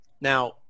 now